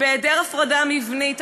ובהיעדר הפרדה מבנית,